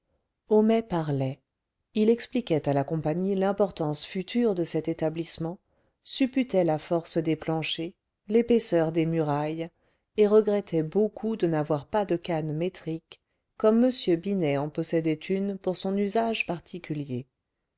homais parlait il expliquait à la compagnie l'importance future de cet établissement supputait la force des planchers l'épaisseur des murailles et regrettait beaucoup de n'avoir pas de canne métrique comme m binet en possédait une pour son usage particulier